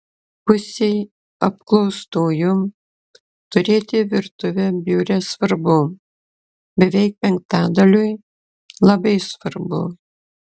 pusei apklaustųjų turėti virtuvę biure svarbu beveik penktadaliui labai svarbu